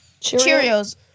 Cheerios